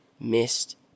missed